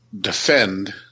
defend